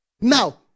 Now